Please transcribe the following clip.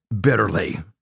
bitterly